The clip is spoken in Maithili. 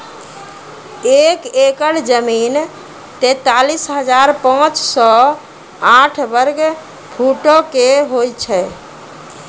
एक एकड़ जमीन, तैंतालीस हजार पांच सौ साठ वर्ग फुटो के होय छै